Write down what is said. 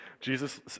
Jesus